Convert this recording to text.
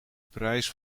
prijs